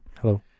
Hello